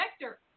Vector